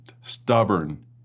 stubborn